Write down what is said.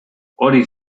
hori